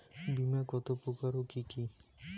বীমা কত প্রকার ও কি কি?